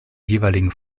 jeweiligen